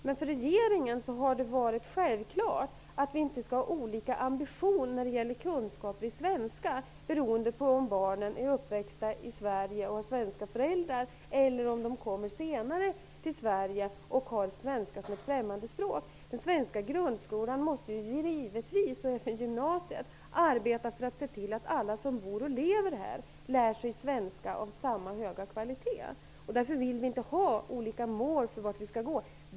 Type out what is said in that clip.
Men för regeringen har det varit självklart att vi inte skall ha olika ambition när det gäller kunskaper i svenska beroende på om barnen är uppvuxna i Sverige och har svenska föräldrar eller om de kommer senare till Sverige och har svenska som främmande språk. Den svenska grundskolan och även gymnasiet måste ju givetvis arbeta för att se till att alla som bor och lever här lär sig svenska av samma höga kvalitet. Därför vill vi inte ha olika mål för olika elevgrupper.